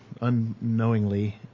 unknowingly